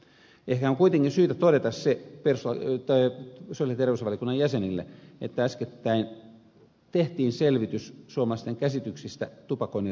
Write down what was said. ehkä on kuitenkin syytä todeta se sosiaali ja terveysvaliokunnan jäsenille että äskettäin tehtiin selvitys suomalaisten käsityksistä tupakoinnin rajoituksista